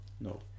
no